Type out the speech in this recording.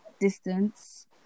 distance